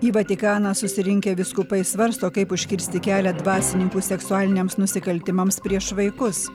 į vatikaną susirinkę vyskupai svarsto kaip užkirsti kelią dvasininkų seksualiniams nusikaltimams prieš vaikus